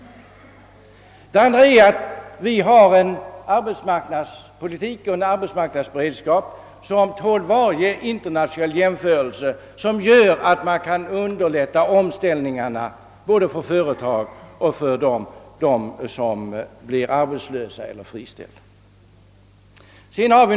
En annan faktor är att vi har en arbetsmarknadspolitik och en arbetsmarknadsberedskap, som tål varje internationell jämförelse och som medför att omställningarna kan underlättas både för företagen och för dem som blir friställda.